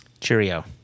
Cheerio